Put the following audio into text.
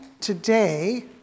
today